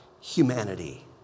humanity